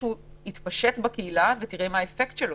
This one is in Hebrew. שהוא יתפשט בקהילה ואז תראה מה האפקט שלו.